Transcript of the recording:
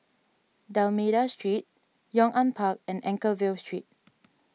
D'Almeida Street Yong An Park and Anchorvale Street